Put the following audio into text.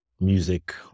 music